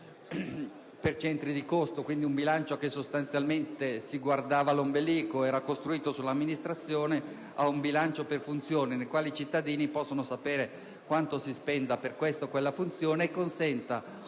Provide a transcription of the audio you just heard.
per centri di costo - che sostanzialmente si guardava l'ombelico ed era costruito sull'amministrazione - ad un bilancio per funzioni rispetto al quale i cittadini possono sapere quanto si spende per questa o quella funzione consentendo